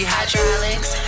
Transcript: Hydraulics